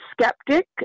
skeptic